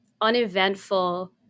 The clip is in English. uneventful